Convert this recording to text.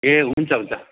ए हुन्छ हुन्छ